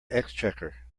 exchequer